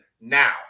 now